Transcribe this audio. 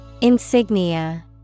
Insignia